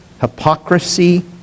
hypocrisy